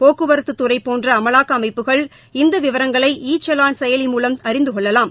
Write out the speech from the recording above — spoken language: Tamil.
போக்குவரத்துதுறைபோன்றஅமலாக்கஅமைப்புகள் இந்தவிவரங்ளை ஈசலாள் செயலி மூலம் அறிந்துகொள்ளலாம்